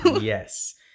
Yes